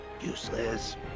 useless